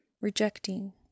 rejecting